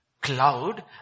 cloud